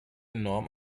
enorm